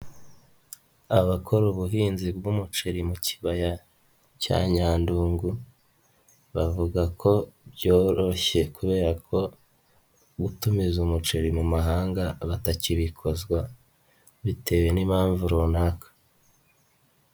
Abakora ubuhinzi bw'umuceri mu kibaya cya Nyandungu, bavuga ko byoroshye kubera ko gutumiza umuceri mu mahanga batakibikozwa bitewe n'impamvu runaka.